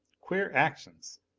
queer actions!